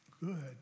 Good